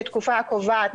שהיא התקופה הקובעת,